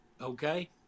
Okay